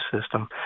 system